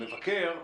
המבקר,